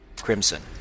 crimson